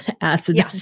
Acid